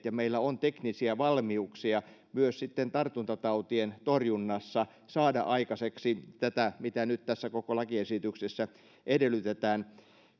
ja meillä on teknisiä valmiuksia myös sitten tartuntatautien torjunnassa saada aikaiseksi tätä mitä nyt tässä koko lakiesityksessä edellytetään